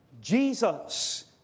Jesus